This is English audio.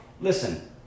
listen